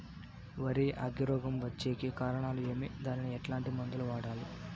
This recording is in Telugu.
వరి అగ్గి రోగం వచ్చేకి కారణాలు ఏమి దానికి ఎట్లాంటి మందులు వాడాలి?